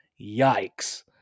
yikes